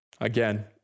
again